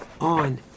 on